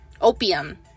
opium